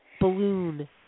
balloon